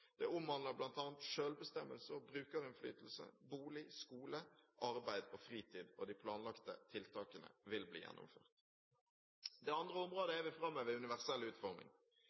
Det omhandler bl.a. selvbestemmelse og brukerinnflytelse, bolig, skole, arbeid og fritid. De planlagte tiltakene vil bli gjennomført. Det andre området jeg vil framheve, er universell utforming.